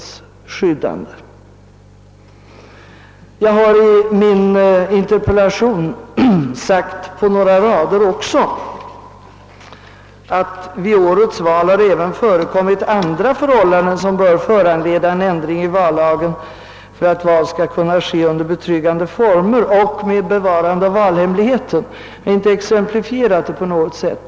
Jag har också i min interpellation anfört att det vid årets val »även framkommit andra förhållanden som bör föranleda en ändring i vallagen för att val skall kunna ske under betryggande former och med bevarande av valhemligheten», Det har alltså inte gjorts någon exemplifiering.